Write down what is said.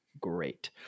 great